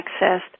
accessed